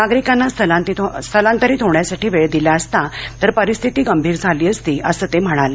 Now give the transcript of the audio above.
नागरिकांना स्थलांतरित होण्यासाठी वेळ दिला असता तर परिस्थिती गंभीर झाली असती असं ते म्हणाले